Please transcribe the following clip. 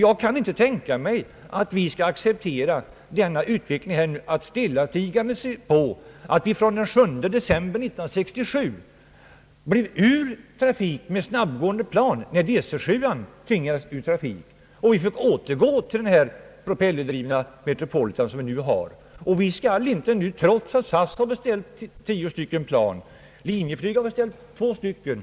Jag kan inte tänka mig att vi i längden stillatigande skulle acceptera att vi från den 7 december 1967 blivit utan trafik med snabbgående plan, när DC 7 tvingades ur trafik och vi fick återgå till den propellerdrivna Metropolitan, som vi nu har. SAS har beställt tio stycken jetplan. Linjeflyg har beställt två stycken.